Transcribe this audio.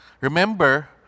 Remember